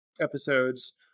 episodes